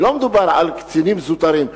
ולא מדובר על קצינים זוטרים,